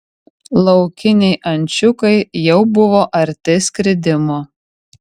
laukiniai ančiukai jau buvo arti skridimo